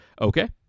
okay